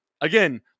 again